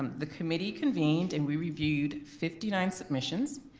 um the committee convened and we reviewed fifty nine submissions.